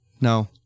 No